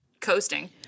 coasting